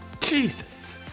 Jesus